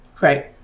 Right